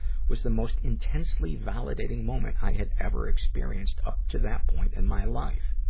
was the most intensely validating moment i had ever experienced up to that point in my life.